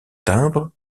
timbre